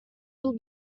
will